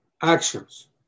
Actions